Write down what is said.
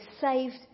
saved